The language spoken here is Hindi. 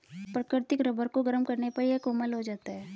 प्राकृतिक रबर को गरम करने पर यह कोमल हो जाता है